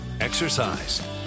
exercise